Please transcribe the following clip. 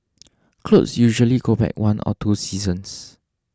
clothes usually go back one or two seasons